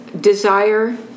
desire